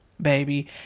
baby